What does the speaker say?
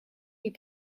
est